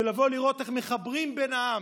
ולבוא ולראות איך מחברים את העם: